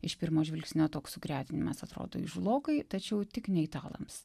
iš pirmo žvilgsnio toks sugretinimas atrodo įžūlokai tačiau tik ne italams